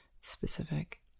specific